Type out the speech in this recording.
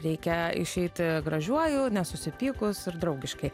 reikia išeiti gražiuoju nesusipykus ir draugiškai